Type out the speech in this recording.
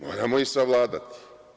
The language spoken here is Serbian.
Moramo ih savladati.